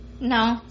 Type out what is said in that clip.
No